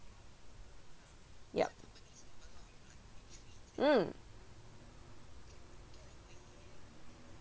yup mm